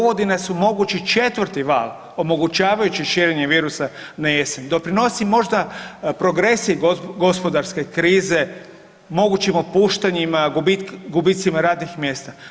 Ovo di nas omogući 4 val omogućavajući širenje virusa na jesen doprinosi možda progresiji gospodarske krize, mogućim otpuštanjima, gubicima radnih mjesta.